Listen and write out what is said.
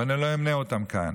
ואני לא אמנה אותם כאן,